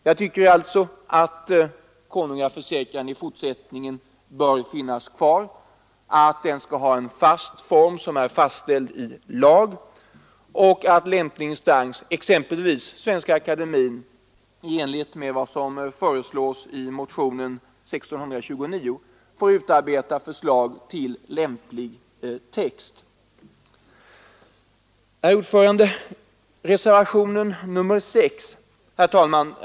Jag tycker alltså att konungaförsäkran i fortsättningen skall finnas kvar, att den skall ha en form som är fastställd i lag och att lämplig instans, exempelvis Svenska akademien, i enlighet med vad som föreslås i motionen 1629 får utarbeta förslag till text. Herr talman!